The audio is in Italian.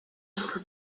sul